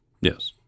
Yes